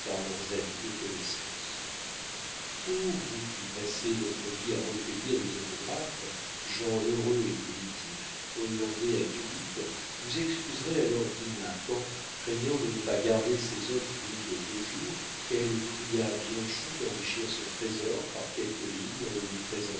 leurs amis et connaissances o vous qui passez votre vie à recueillir des autographes gens heureux et primitifs hollandais à tulipes vous excuserez alors dinah quand craignant de ne pas garder ses hôtes plus de deux jours elle pria bianchon d'enrichir son trésor par quelques lignes en le lui présentant